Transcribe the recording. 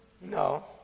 No